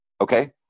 okay